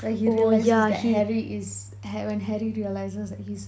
like he realises that harry is when harry realises that he is